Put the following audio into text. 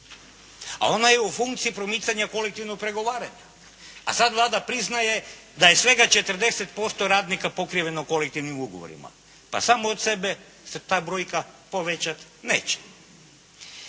A ona je u funkciji promicanja kolektivnog pregovaranja. A sada Vlada priznaje da je svega 40% radnika pokriveno kolektivnim ugovorima. Pa sama od sebe se ta brojka povećati neće.